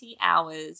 hours